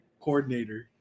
coordinator